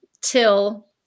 till